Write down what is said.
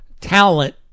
talent